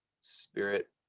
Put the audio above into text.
spirit